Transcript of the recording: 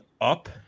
up